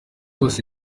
bose